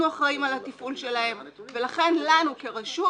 אנחנו אחראיים על התפעול שלהם, ולכן לנו כרשות